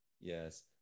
Yes